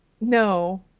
no